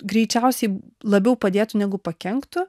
greičiausiai labiau padėtų negu pakenktų